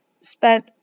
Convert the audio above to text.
spent